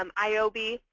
um ioby.